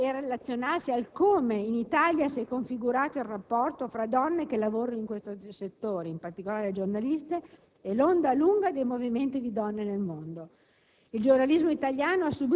Bisogna relazionarsi con le modalità con le quali in Italia si è configurato il rapporto tra donne che lavorano in questo settore, in particolare le giornaliste, e l'onda lunga dei movimenti di donne nel mondo.